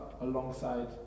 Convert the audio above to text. alongside